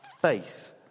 faith